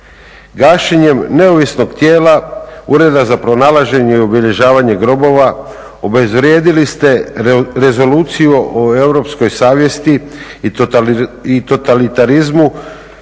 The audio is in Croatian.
Gašenjem neovisnog tijela Ureda za pronalaženje i obilježavanje grobova, obezvrijedili ste rezoluciju o europskoj savjesti i totalitarizmu